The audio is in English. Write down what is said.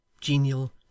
genial